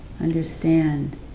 understand